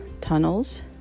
tunnels